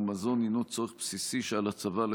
ומזון הינו צורך בסיסי שעל הצבא לספק.